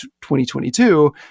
2022